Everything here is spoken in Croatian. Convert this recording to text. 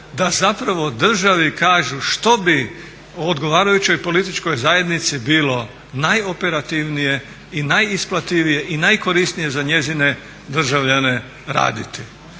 da zapravo državi kažu što bi odgovarajućoj političkoj zajednici bilo najoperativnije i najisplativije i najkorisnije za njezine državljane raditi.